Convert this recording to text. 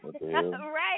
Right